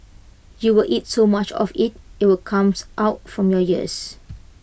you will eat so much of IT it will comes out from your ears